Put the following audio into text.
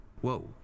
Whoa